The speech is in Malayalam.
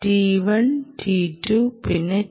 t1 t2 പിന്നെ t3